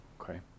okay